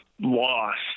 lost